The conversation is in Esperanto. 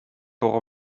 por